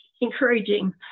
encouraging